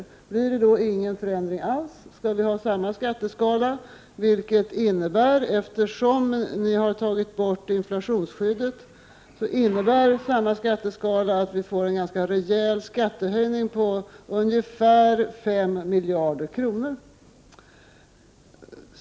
Blir det då ingen förändring alls? Om det skall vara samma skatteskala innebär det, eftersom ni har tagit bort inflationsskyddet, en ganska rejäl skattehöjning på ungefär 5 miljarder kronor.